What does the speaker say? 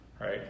right